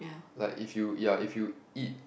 like if you ya if you eat